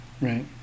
Right